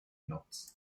knots